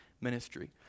ministry